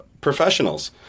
professionals